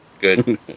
Good